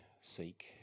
seek